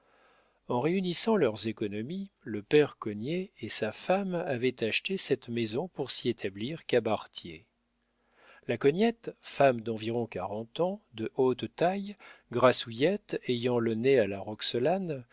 en réunissant leurs économies le père cognet et sa femme avaient acheté cette maison pour s'y établir cabaretiers la cognette femme d'environ quarante ans de haute taille grassouillette ayant le nez à la roxelane